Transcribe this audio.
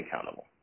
accountable